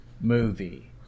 movie